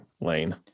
lane